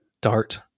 dart